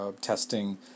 testing